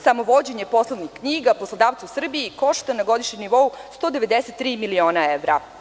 Samo vođenje poslovnih knjiga poslodavca u Srbiji košta na godišnjem nivou 193 miliona evra.